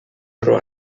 oro